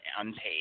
unpaid